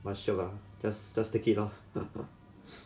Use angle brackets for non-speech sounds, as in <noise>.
partial lah just just take it lor <laughs>